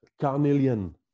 carnelian